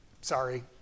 sorry